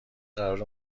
قرار